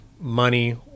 money